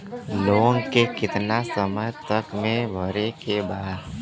Loan के कितना समय तक मे भरे के बा?